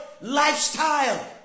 lifestyle